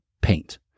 paint